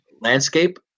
landscape